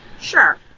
Sure